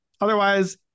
Otherwise